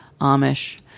Amish